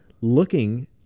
looking